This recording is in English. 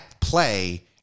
play